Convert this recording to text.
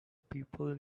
people